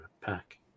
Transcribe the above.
pack